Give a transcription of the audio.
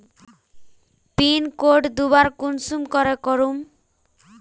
Pin code दोबारा कुंसम करे करूम?